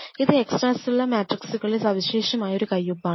ഇത് extra cellular മാട്രിക്സ്കളുടെ സവിശേഷമായ ഒരുകൈയൊപ്പാണ്